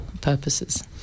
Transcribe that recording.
purposes